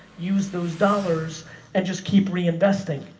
use those dollars and just keep reinvesting.